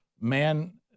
Man